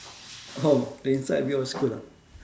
oh the inside was good ah